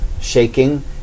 shaking